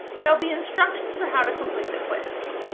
there will be instructions for how to complete the quiz.